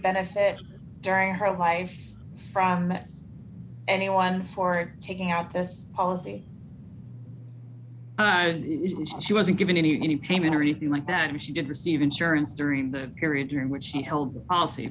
benefit during her life from that anyone for taking out this policy she wasn't given any any payment or anything like that if she did receive insurance during the period during which